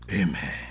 Amen